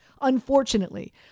unfortunately